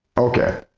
okay,